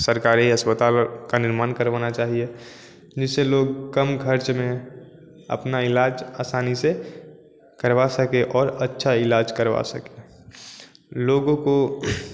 सरकारी अस्पताल का निर्माण करवाना चाहिए जिससे लोग कम ख़र्च में अपना इलाज आसानी से करवा सकें और अच्छा इलाज करवा सकें लोगों को